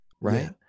right